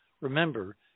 Remember